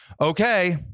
okay